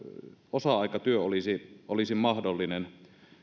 osa aikatyö olisi olisi mahdollinen